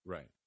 Right